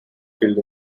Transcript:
killed